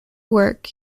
work